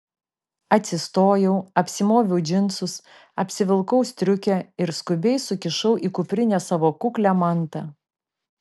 atsistojau apsimoviau džinsus apsivilkau striukę ir skubiai sukišau į kuprinę savo kuklią mantą